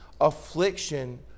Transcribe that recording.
Affliction